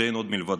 שאין עוד מלבדו.